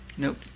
Nope